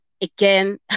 again